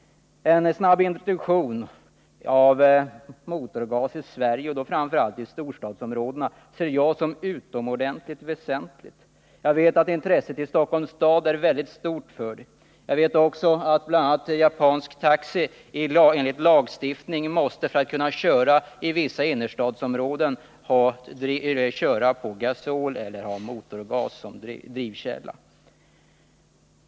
En snabb introduktion av motorgas i Sverige, framför allt i storstadsområdena, ser jag som utomordentligt väsentlig. Jag vet att intresset för detta i Stockholms stad är mycket stort. Jag vet också att bl.a. japansk taxi för att köra i vissa innerstadsområden enligt lag måste köra på gasol eller ha motorgas som drivkälla.